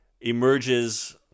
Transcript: emerges